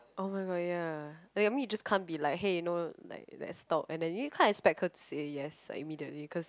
oh-my-god ya like I mean you just can't be like hey you know like that's stop and then you can't expect her to say yes like immediately cause